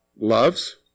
Loves